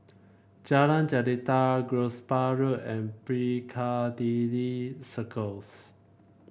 Jalan Jelita Gosport Road and Piccadilly Circus